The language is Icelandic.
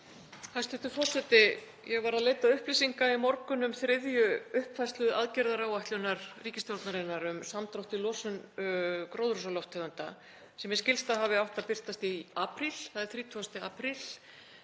Hæstv. forseti. Ég var að leita upplýsinga í morgun um þriðju uppfærslu aðgerðaáætlunar ríkisstjórnarinnar um samdrátt í losun gróðurhúsalofttegunda sem mér skilst að hafi átt að birtast í apríl. Það er 30. apríl.